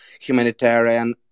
humanitarian